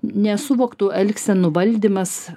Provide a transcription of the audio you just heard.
nesuvoktų elgsenų valdymas